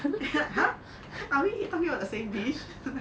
!huh! are we talking about the same dish